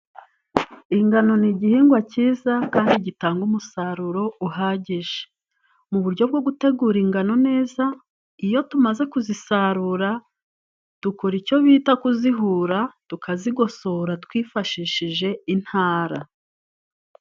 Ingano ni igihingwa cyiza kandi gitanga umusaruro uhagije mu buryo bwo gutegura ingano neza iyo tumaze kuzisarura dukora icyo bita kuzihura tukazigosora twifashishije intara.